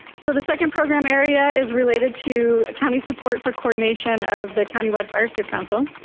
so the second program area is related to county support for coordination of the countywide fire safe council.